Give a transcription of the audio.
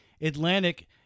Atlantic